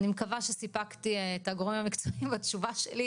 אני מקווה שסיפקתי את הגורמים המקצועיים עם התשובה שלי,